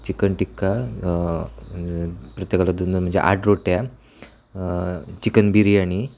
chicken tikka प्रत्येकाला दोन दोन म्हणजे आठ रोट्या चिकन बिर्याणी